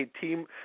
team